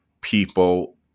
people